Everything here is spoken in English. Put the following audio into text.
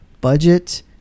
budget